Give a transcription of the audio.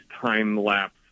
time-lapse